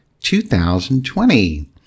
2020